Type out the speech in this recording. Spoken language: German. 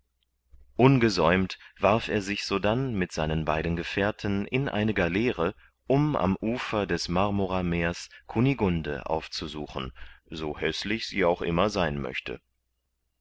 ungesäumt warf er sich sodann mit seinen beiden gefährten in eine galeere um am ufer des marmorameers kunigunde aufzusuchen so häßlich sie auch immer sein möchte